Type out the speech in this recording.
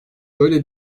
böyle